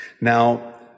now